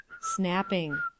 snapping